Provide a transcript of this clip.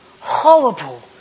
horrible